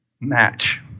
match